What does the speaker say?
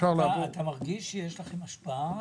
אתה מרגיש שיש לכם השפעה?